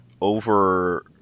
over